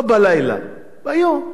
לא בלילה, ביום.